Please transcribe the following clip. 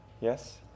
Yes